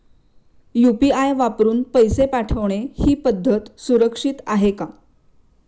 UPI वापरून पैसे पाठवणे ही पद्धत सुरक्षित आहे का?